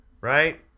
right